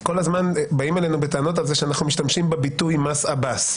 כל הזמן באים אלינו בטענות על זה שאנחנו משתמשים בביטוי מס עבאס,